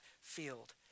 field